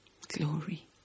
Glory